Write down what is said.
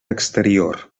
exterior